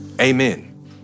amen